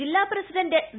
ജില്ലാ president V